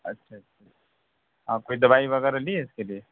اچھا اچھا ہاں کوئی دوائی وغیرہ لی ہے اِس کے لئے